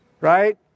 Right